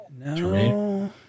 No